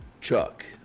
Chuck